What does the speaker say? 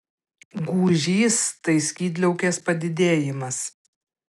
gūžys tai skydliaukės padidėjimas